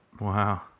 Wow